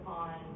on